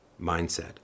mindset